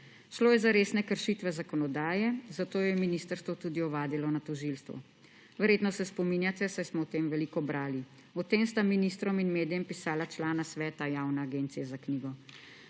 Šlo je za resne kršitve zakonodaje, zato jo je ministrstvo tudi ovadilo na tožilstvu. Verjetno se spominjate, saj smo o tem veliko brali. O tem sta ministrom in medijem pisala člana sveta Javne agencije za knjigo.